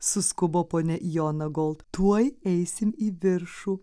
suskubo ponia jonagold tuoj eisim į viršų